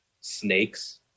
snakes